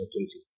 Casey